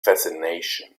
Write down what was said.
fascination